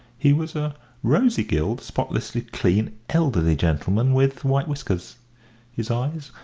he was a rosy-gilled, spotlessly clean, elderly gentleman, with white whiskers his eyes,